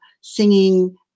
singing